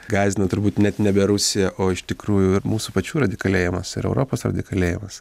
gąsdina turbūt net nebe rusija o iš tikrųjų ir mūsų pačių radikalėjimas ir europos radikalėjimas